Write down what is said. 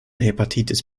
hepatitis